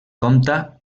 compta